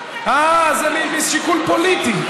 אה, זה משיקול פוליטי.